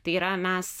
tai yra mes